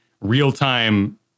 real-time